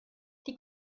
die